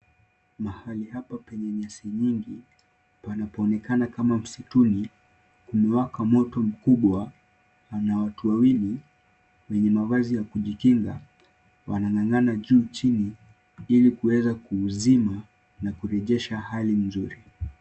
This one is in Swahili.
Mahali hapa penye nyasi nyingi, panapoonekana kama msituni, kumewaka moto mkubwa. Na watu wawili, wenye mavazi ya kujikinga, wanang'ang'ana juu chini ili kuweza kuuzima na kurejesha hali nzuri.